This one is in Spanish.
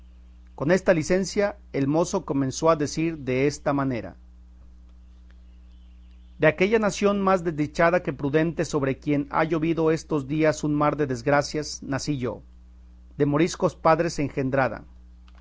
con esta licencia el mozo comenzó a decir desta manera de aquella nación más desdichada que prudente sobre quien ha llovido estos días un mar de desgracias nací yo de moriscos padres engendrada